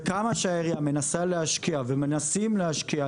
וכמה שהעירייה מנסה להשקיע ומנסים להשקיע,